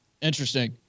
Interesting